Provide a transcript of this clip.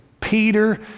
Peter